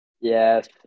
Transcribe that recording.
Yes